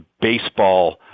baseball